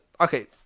Okay